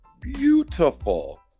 beautiful